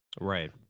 Right